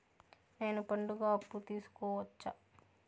నేను పండుగ అప్పు తీసుకోవచ్చా?